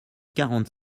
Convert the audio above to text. quarante